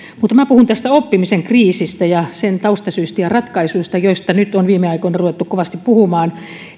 mutta minä puhun tästä oppimisen kriisistä ja sen taustasyistä ja ratkaisuista joista nyt on viime aikoina ruvettu kovasti puhumaan